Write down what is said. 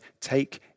take